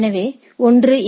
எனவே ஒன்று எ